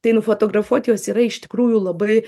tai nufotografuot juos yra iš tikrųjų labai